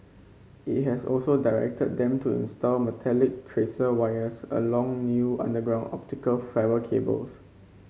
it has also directed them to install metallic tracer wires along new underground optical fibre cables